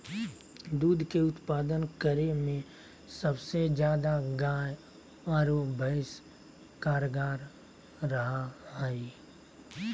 दूध के उत्पादन करे में सबसे ज्यादा गाय आरो भैंस कारगार रहा हइ